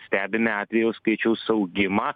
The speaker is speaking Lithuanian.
stebime atvejų skaičiaus augimą